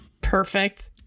perfect